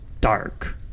dark